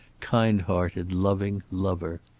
kind-hearted, loving lover.